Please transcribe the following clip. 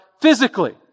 physically